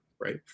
right